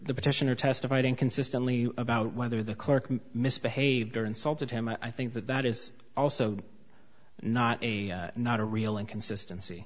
the petitioner testified inconsistently about whether the clerk misbehaved or insulted him i think that that is also not a not a real inconsistency